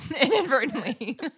inadvertently